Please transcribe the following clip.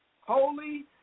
Holy